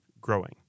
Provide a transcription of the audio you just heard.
growing